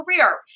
career